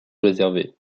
réservée